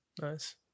Nice